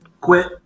Quit